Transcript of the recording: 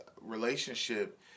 Relationship